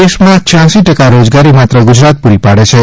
દેશમાં છ્યાંસી ટકા રોજગારી માત્ર ગુજરાત પૂરી પાડે છે